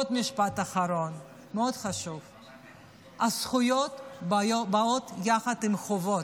משפט אחרון, מאוד חשוב: זכויות באות יחד עם חובות.